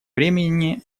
времени